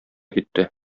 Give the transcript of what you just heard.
китте